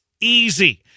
easy